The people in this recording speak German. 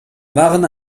waren